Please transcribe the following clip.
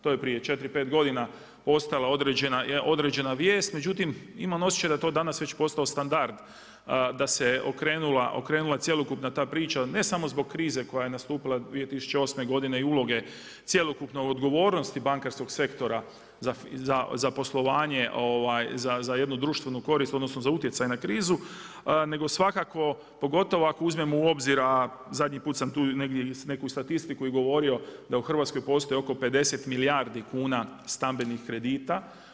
To je prije 4, 5 godina postala određena vijest, međutim imam osjećaj da je to danas već postalo standard da se okrenula cjelokupna ta priča ne samo zbog krize koja je nastupila 2008. i uloge cjelokupne odgovornosti bankarskog sektora za poslovanje za jednu društvenu korist odnosno za utjecaj na krizu nego svakako pogotovo ako uzmemo u obzir a zadnji put sam tu negdje i neku statistiku i govorio, da u Hrvatskoj postoji oko 50 milijardi kuna stambenih kredita.